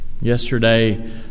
Yesterday